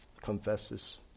confesses